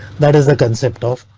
that is the concept of.